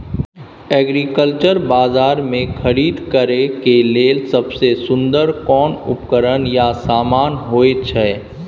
Agriculture बाजार में खरीद करे के लेल सबसे सुन्दर कोन उपकरण या समान होय छै?